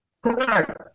Correct